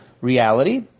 reality